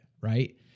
right